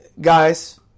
guys